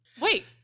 Wait